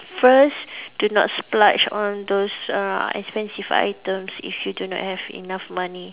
first do not splurge on those uh expensive items if you do not have enough money